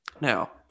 Now